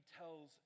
tells